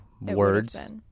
words